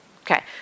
Okay